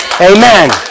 Amen